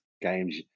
games